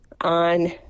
on